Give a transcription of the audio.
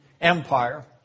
Empire